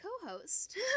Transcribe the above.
co-host